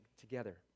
together